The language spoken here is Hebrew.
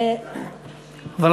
הוא הטעה אותי.